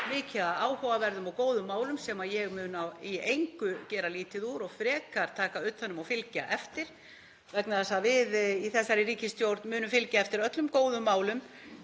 mikið af áhugaverðum og góðum málum sem ég mun í engu gera lítið úr og frekar taka utan um og fylgja eftir, vegna þess að við í þessari ríkisstjórn munum fylgja eftir öllum góðum málum,